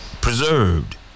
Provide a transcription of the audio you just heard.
preserved